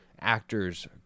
actor's